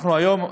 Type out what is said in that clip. היום,